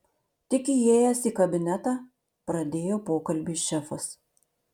tik įėjęs į kabinetą pradėjo pokalbį šefas